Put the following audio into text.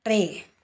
टे